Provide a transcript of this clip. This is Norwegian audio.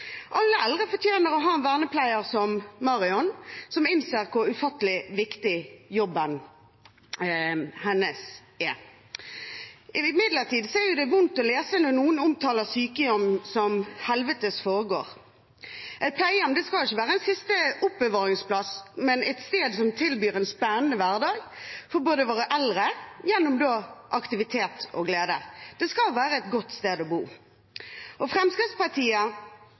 Alle eldre fortjener å ha en vernepleier som Marion, som innser hvor ufattelig viktig den jobben er. Imidlertid er det vondt å lese når noen omtaler sykehjem som helvetes forgård. Et pleiehjem skal ikke være en siste oppbevaringsplass, men et sted som tilbyr en spennende hverdag for våre eldre gjennom aktivitet og glede. Det skal være et godt sted å bo. Fremskrittspartiet